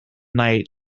night